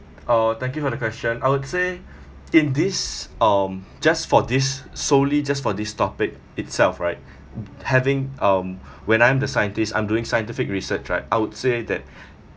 uh thank you for the question I would say in this um just for this solely just for this topic itself right having um when I'm the scientist I'm doing scientific research right I would say that